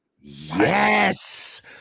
yes